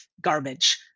garbage